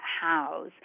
house